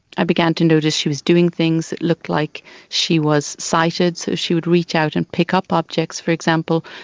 i began to notice she was doing things that looked like she was sighted, so she would reach out and pick up objects, for example,